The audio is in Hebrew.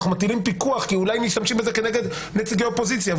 מטילים פיקוח כי אולי משתמשים בזה כנגד נציגי אופוזיציה,